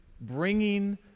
bringing